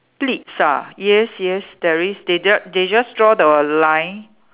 pleats ah yes yes there is they d~ they just draw the line